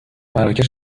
مراکش